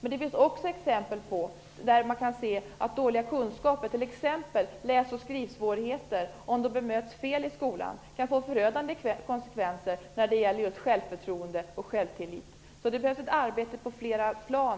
Det finns också exempel där man kan se att om dåliga kunskaper, t.ex. läs och skrivsvårigheter, bemöts fel i skolan kan det få förödande konsekvenser när det gäller just självförtroende och självtillit. Här behövs ett arbete på flera plan.